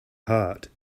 heart